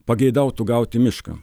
pageidautų gauti mišką